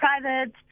private